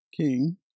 king